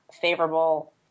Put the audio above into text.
favorable